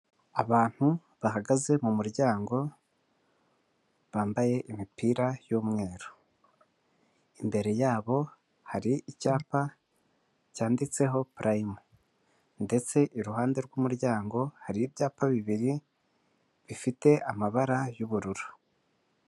Abantu bahagaze mu muryango bambaye imipira y'umweru. Imbere yabo hari icyapa cyanditseho Purayimu ndetse iruhande rw'umuryango hari ibyapa bibiri bifite amabara y'ubururu.